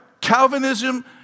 Calvinism